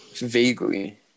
Vaguely